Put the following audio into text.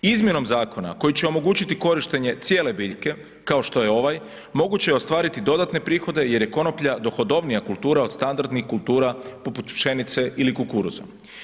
Izmjenom zakona koji će omogućiti korištenje cijele biljke kao što je ovaj, moguće je ostvariti dodatne prihode jer je konoplja dohodovnija kultura od standardnih kultura poput pšenice ili kukuruza.